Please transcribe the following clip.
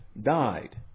died